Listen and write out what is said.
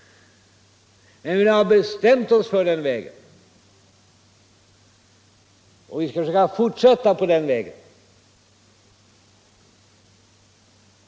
Men vi har bestämt oss för den, och vi skall försöka fortsätta på den vägen.